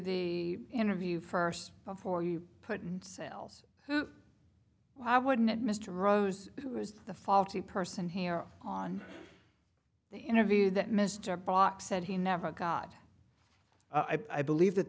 the interview first before you put in sales why wouldn't it mr rose who was the faulty person here on the interview that mr brock said he never got i believe that